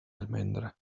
almendra